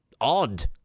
odd